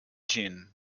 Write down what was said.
jean